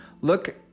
look